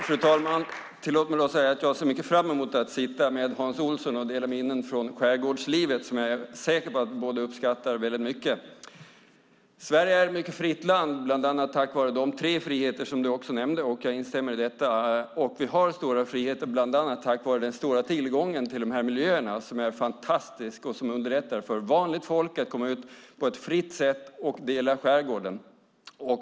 Fru talman! Tillåt mig att säga att jag ser mycket fram emot att sitta med Hans Olsson och dela minnen från skärgårdslivet, som jag är säker på att vi båda uppskattar väldigt mycket. Sverige är ett mycket fritt land, bland annat tack vare de tre friheter som du nämnde. Jag instämmer i detta. Vi har stora friheter bland annat tack vare den stora tillgången till de här miljöerna, som är fantastisk och som underlättar för vanligt folk att komma ut på ett fritt sätt och ta del av skärgården.